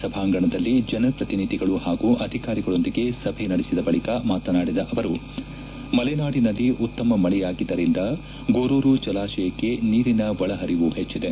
ಸಭಾಂಗಣದಲ್ಲಿ ಜನಪ್ರತಿನಿಧಿಗಳು ಹಾಗೂ ಅಧಿಕಾರಿಗಳೊಂದಿಗೆ ಸಭೆ ನಡೆಸಿದ ಬಳಿಕ ಮಾತನಾಡಿದ ಅವರು ಮಲೆನಾಡಿನಲ್ಲಿ ಉತ್ತಮ ಮಳೆಯಾಗಿದ್ದರಿಂದ ಗೊರೂರು ಜಲಾಶಯಕ್ಕೆ ನೀರಿನ ಒಳಹರಿವು ಹೆಚ್ಚದೆ